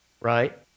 right